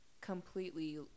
completely